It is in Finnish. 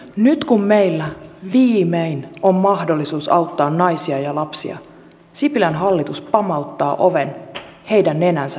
nyt kun meillä viimein on mahdollisuus auttaa naisia ja lapsia sipilän hallitus pamauttaa oven heidän nenänsä edestä kiinni